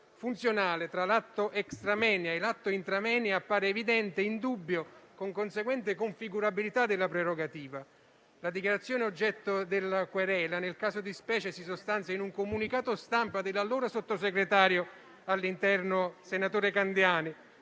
funzionale tra l'atto *extra moenia* e l'atto *intra moenia* appare evidente e indubbio, con conseguente configurabilità della prerogativa. La dichiarazione oggetto della querela nel caso di specie si sostanzia in un comunicato stampa dell'allora sottosegretario di Stato al